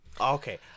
okay